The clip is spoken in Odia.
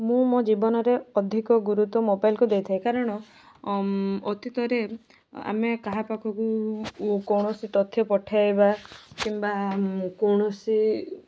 ମୁଁ ମୋ ଜୀବନରେ ଅଧିକ ଗୁରୁତ୍ୱ ମୋବାଇଲକୁ ଦେଇଥାଏ କାରଣ ଅତୀତରେ ଆମେ କାହା ପାଖକୁ କୌଣସି ତଥ୍ୟ ପଠାଇବା କିମ୍ବା କୌଣସି